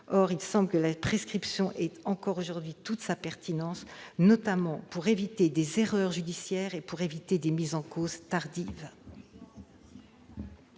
Or il semble que la prescription ait, encore aujourd'hui, toute sa pertinence, notamment pour éviter des erreurs judiciaires et des mises en cause tardives.